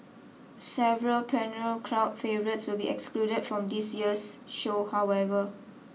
several perennial crowd favourites will be excluded from this year's show however